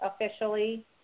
officially